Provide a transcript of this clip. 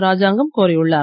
ராஜாங்கம் கோரியுள்ளார்